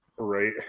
Right